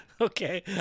Okay